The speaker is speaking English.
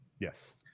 Yes